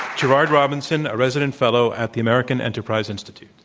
gerard robinson, a resident fellow at the american enterprise institute.